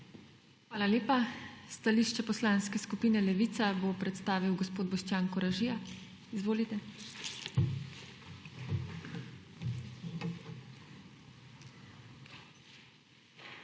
Hvala lepa. Stališče Poslanske skupine Levica bo predstavil gospod Boštjan Koražija. Izvolite.